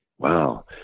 Wow